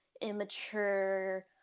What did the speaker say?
immature